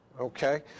okay